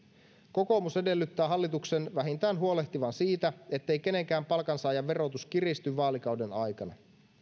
kokoomus edellyttää hallituksen vähintään huolehtivan siitä ettei kenenkään palkansaajan verotus kiristy vaalikauden aikana